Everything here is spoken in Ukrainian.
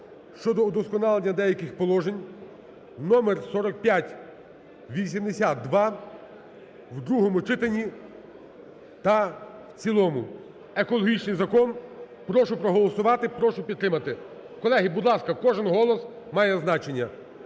(щодо удосконалення деяких положень) (№ 4582) в другому читанні та в цілому. Екологічний закон. Прошу проголосувати, прошу підтримати. Колеги, будь ласка, кожен голос має значення.